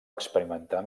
experimentar